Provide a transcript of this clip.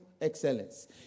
excellence